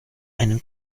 einen